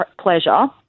pleasure